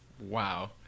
wow